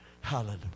Hallelujah